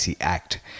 Act